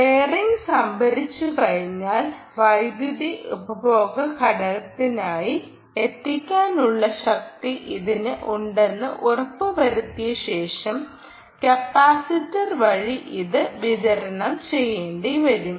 buffering സംഭരിച്ചുകഴിഞ്ഞാൽ വൈദ്യുതി ഉപഭോഗ ഘടകത്തിനായി എത്തിക്കാനുള്ള ശക്തി ഇതിന് ഉണ്ടെന്ന് ഉറപ്പുവരുത്തിയ ശേഷം കപ്പാസിറ്റർ വഴി ഇത് വിതരണം ചെയ്യേണ്ടിവരും